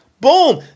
boom